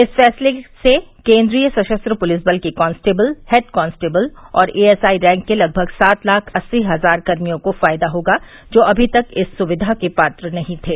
इस फैसले से केन्द्रीय सशस्त्र पुलिस बल के कांस्टेबल हैड कांस्टेबल और एएसआई रैंक के लगभग सात लाख अस्सी हजार कर्मियों को फायदा होगा जो अभी तक इस स्विधा के पात्र नहीं थे